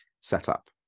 setup